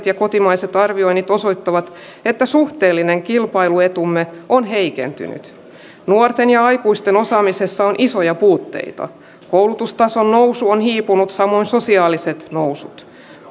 ja kotimaiset arvioinnit osoittavat että suhteellinen kilpailuetumme on heikentynyt nuorten ja aikuisten osaamisessa on isoja puutteita koulutustason nousu on hiipunut samoin sosiaaliset nousut